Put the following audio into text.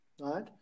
right